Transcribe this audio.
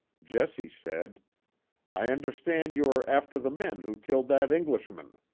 jesse said i understand you are after the men who killed that englishman.